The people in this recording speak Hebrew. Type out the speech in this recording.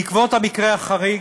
בעקבות המקרה החריג,